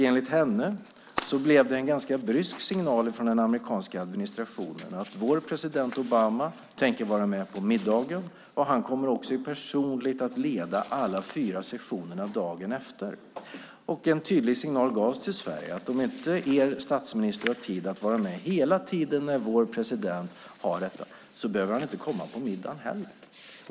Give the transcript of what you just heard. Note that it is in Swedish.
Enligt henne blev det en ganska brysk signal från den amerikanska administrationen: Vår president Obama tänker vara med på middagen och han kommer också personligen att leda alla fyra sessionerna dagen efter. En tydlig signal gavs till Sverige, att om inte er statsministern har tid att vara med hela tiden när vår president har det behöver han inte komma på middagen heller.